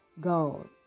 God